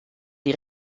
die